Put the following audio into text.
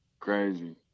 Crazy